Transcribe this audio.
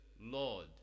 lord